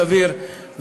סביר.